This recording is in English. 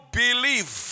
believe